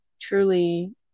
truly